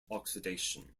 oxidation